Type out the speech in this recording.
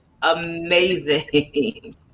amazing